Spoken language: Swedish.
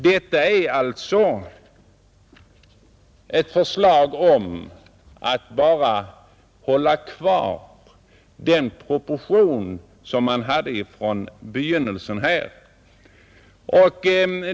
Detta är alltså ett förslag om att bara bibehålla de proportioner man hade från begynnelsen.